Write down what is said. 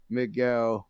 Miguel